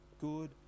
good